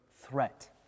threat